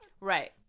Right